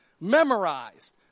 memorized